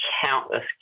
countless